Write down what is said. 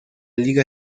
liga